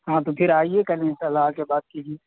ہاں تو پھر آئیے کل انشاء اللہ آ کے بات کیی